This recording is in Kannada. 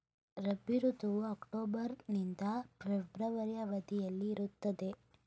ರಾಬಿ ಋತುವು ಅಕ್ಟೋಬರ್ ನಿಂದ ಫೆಬ್ರವರಿ ಅವಧಿಯಲ್ಲಿ ಇರುತ್ತದೆ